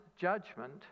judgment